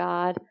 God